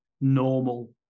normal